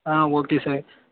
ah okay sir